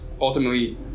ultimately